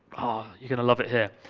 ah! you're going to love it here.